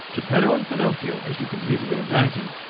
geppetto and pinocchio, as you can easily imagine,